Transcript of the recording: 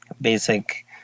basic